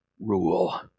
Rule